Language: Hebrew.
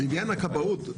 לעניין הכבאות.